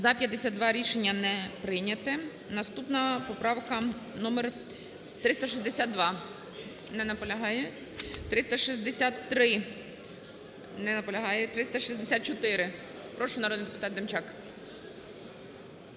За-52 Рішення не прийнято. Наступна поправка - номер 362. Не наполягає. 363. Не наполягає. 364. Прошу, народний депутатДемчак.